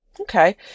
Okay